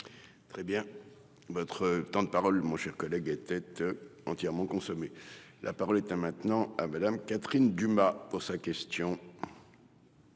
Très bien. Votre temps de parole mon cher collègue était entièrement consommée. La parole est à maintenant à Madame, Catherine Dumas pour sa question.